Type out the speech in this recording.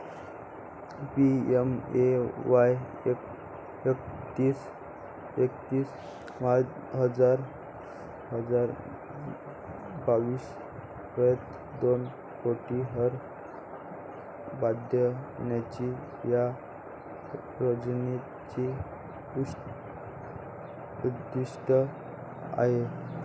PMAY एकतीस मार्च हजार बावीस पर्यंत दोन कोटी घरे बांधण्याचे या योजनेचे उद्दिष्ट आहे